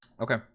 Okay